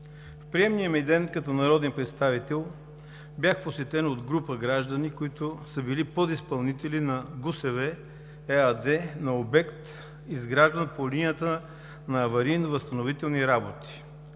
В приемния ми ден като народен представител бях посетен от група граждани, които са били подизпълнители на ГУСВ – ЕАД, на обект, изграждан по линията на аварийно-възстановителни работи.